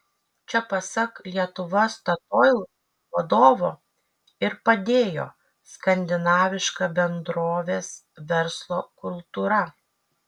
čia pasak lietuva statoil vadovo ir padėjo skandinaviška bendrovės verslo kultūra